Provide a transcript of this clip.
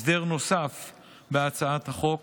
הסדר נוסף בהצעת החוק